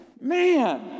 man